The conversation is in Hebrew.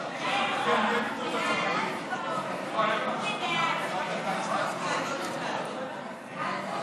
הכנסת בדבר חלוקה ופיצול של הצעת חוק התוכנית